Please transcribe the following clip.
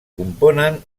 componen